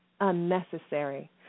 unnecessary